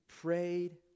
prayed